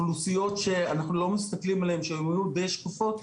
לאוכלוסיות שאנחנו לא מסתכלים עליהן ושהן היו די שקופות.